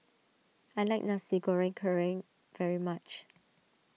I like Nasi Goreng Kerang very much